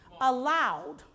allowed